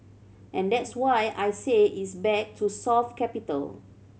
and that's why I say it's back to soft capital